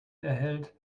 erhält